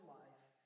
life